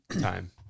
Time